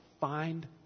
Find